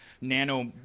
nano